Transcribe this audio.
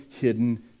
hidden